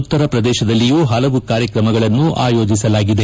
ಉತ್ತರ ಪ್ರದೇಶದಲ್ಲಿಯೂ ಹಲವು ಕಾರ್ಯಕ್ರಮಗಳನ್ನು ಆಯೋಜಿಸಲಾಗಿದೆ